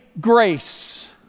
grace